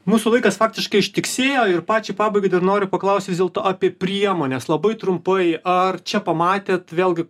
mūsų laikas faktiškai ištiksėjo ir pačiai pabaigai dar noriu paklausti vis dėlto apie priemones labai trumpai ar čia pamatėt vėlgi